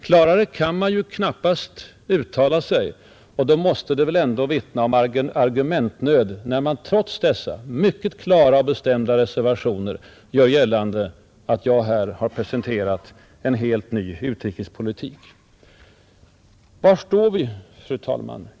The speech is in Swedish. Klarare kan man knappast uttala sig, och det måste väl vittna om argumentnöd när det trots dessa tydliga och bestämda reservationer görs gällande att jag här har presenterat en helt ny svensk utrikespolitik. Var står vi, fru talman?